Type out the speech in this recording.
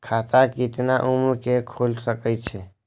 खाता केतना उम्र के खुले छै?